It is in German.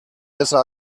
besser